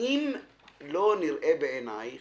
האם לא נראה בעינייך